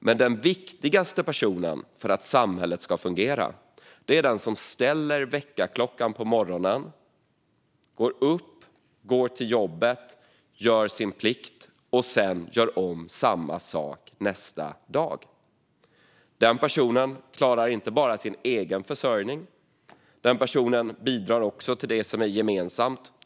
Men den viktigaste personen för att samhället ska fungera är den som ställer väckarklockan på morgonen, går upp, går till jobbet, gör sin plikt och sedan gör om samma sak nästa dag. Den personen klarar inte bara sin egen försörjning utan bidrar också till det som är gemensamt.